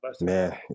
Man